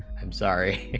i'm sorry